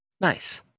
Nice